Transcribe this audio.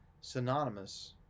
synonymous